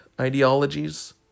ideologies